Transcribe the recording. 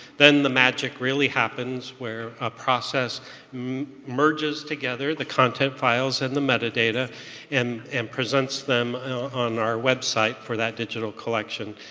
then the magic really happens where a process merges together the content files and the metadata and and presents them on our website for that digital collection.